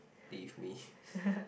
be with me